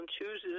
chooses